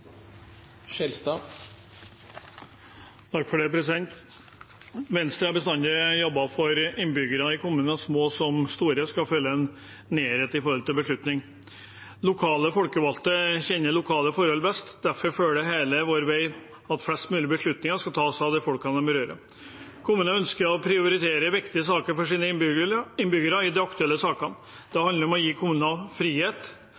Venstre har bestandig jobbet for at innbyggerne i kommunene, små som store, skal kjenne en nærhet til beslutninger. Lokale folkevalgte kjenner lokale forhold best. Derfor følger vi hele vår vei at flest mulig beslutninger skal tas av folk de berører. Kommunene ønsker å prioritere viktige saker for sine innbyggere i de aktuelle sakene. Det handler om å gi kommunene frihet